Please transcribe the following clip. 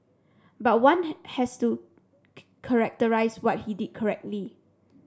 but one has to characterise what he did correctly